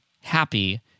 happy